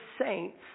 saints